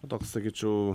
toks sakyčiau